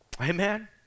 Amen